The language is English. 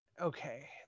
okay